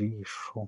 ijisho.